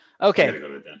okay